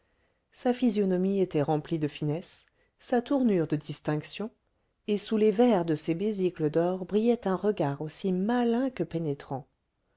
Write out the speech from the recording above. sa physionomie était remplie de finesse sa tournure de distinction et sous les verres de ses besicles d'or brillait un regard aussi malin que pénétrant